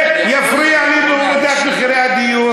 ויפריע לי להורדת מחירי הדיור.